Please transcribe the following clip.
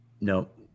Nope